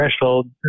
threshold